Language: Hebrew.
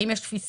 האם יש תפיסה